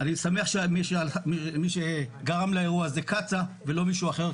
אני שמח שמי שגרם לאירוע זה קצא"א ולא מישהו אחר,